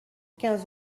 quinze